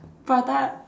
prata